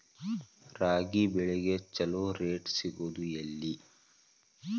ರಾಗಿ ಬೆಳೆಗೆ ಛಲೋ ರೇಟ್ ಸಿಗುದ ಎಲ್ಲಿ?